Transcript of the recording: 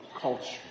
culture